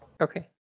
Okay